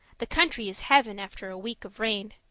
the country is heaven after a week of rain.